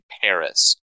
Paris